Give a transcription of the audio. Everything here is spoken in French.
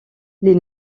les